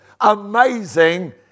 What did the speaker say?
amazing